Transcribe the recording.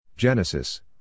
Genesis